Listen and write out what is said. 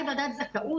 הוועדה היא ועדת זכאות